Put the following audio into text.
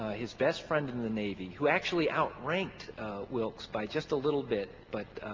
ah his best friend in the navy, who actually outranked wilkes by just a little bit but